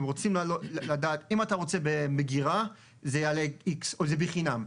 הם רוצים לדעת אם אתה רוצה במגירה זה יעלה איקס או בחינם.